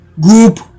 group